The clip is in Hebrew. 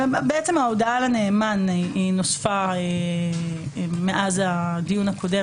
ההודעה לנאמן נוספה מאז הדיון הקודם,